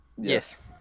Yes